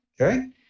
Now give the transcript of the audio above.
Okay